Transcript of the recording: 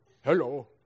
hello